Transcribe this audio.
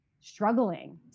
struggling